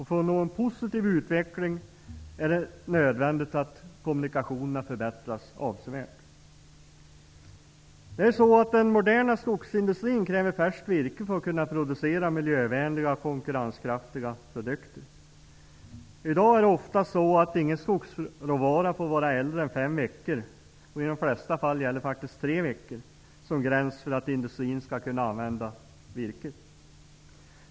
För att nå en positiv utveckling är det nödvändigt att kommunikationerna förbättras avsevärt. Den moderna skogsindustrin kräver färskt virke för att kunna producera miljövänliga och konkurrenskraftiga produkter. I dag är det ofta så att ingen skogsråvara får vara äldre än fem veckor, och i de flesta fall gäller faktiskt tre veckor som gräns för att industrin skall kunna använda virket.